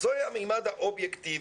זהו המימד האובייקטיבי.